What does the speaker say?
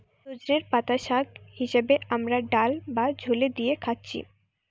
সজনের পাতা শাগ হিসাবে আমরা ডাল বা ঝোলে দিয়ে খাচ্ছি